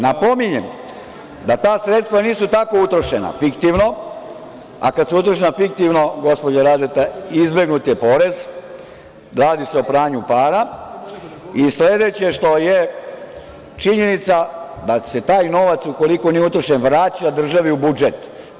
Napominjem, da ta sredstva nisu tako utrošena fiktivno, a kad su utrošena fiktivno, gospođa Radeta, izbegnut je porez, radi se o pranju para i sledeće što je činjenica - da će se taj novac, ukoliko nije utrošen vraća državi u budžet.